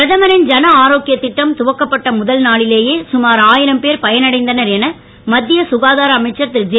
பிரதமரின் தனஆரோக்கிய திட்டம் துவக்கப்பட்ட முதல் நாளிலேயே சுமார் ஆயிரம் பேர் பயனடைந்தனர் என மத்திய சுகாதார அமைச்சர் திருஜே